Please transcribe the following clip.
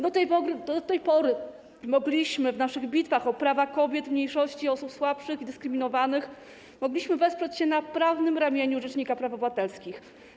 Do tej pory mogliśmy w naszych bitwach o prawa kobiet, mniejszości, osób słabszych, dyskryminowanych wesprzeć się na prawnym ramieniu rzecznika praw obywatelskich.